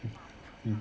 mm